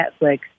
Netflix